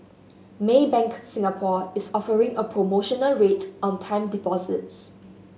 Maybank Singapore is offering a promotional rate on time deposits